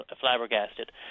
flabbergasted